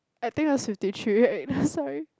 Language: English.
I think is fifty three right sorry